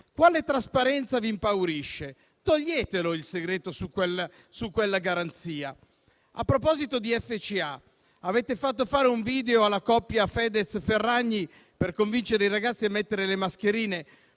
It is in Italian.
Quale trasparenza vi impaurisce? Togliete il segreto su quella garanzia. A proposito di FCA, avete fatto fare un video alla coppia Fedez-Ferragni per convincere i ragazzi a mettere le mascherine: